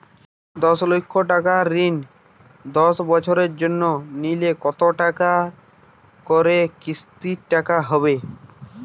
দশ লক্ষ টাকার ঋণ দশ বছরের জন্য নিলে কতো টাকা করে কিস্তির টাকা হবে?